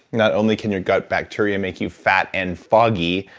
not only can your gut bacteria make you fat and foggy,